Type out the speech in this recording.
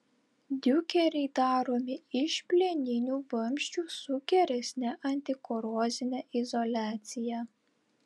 diukeriai daromi iš plieninių vamzdžių su geresne antikorozine izoliacija